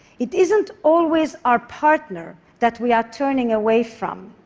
it isn't always our partner that we are turning away from,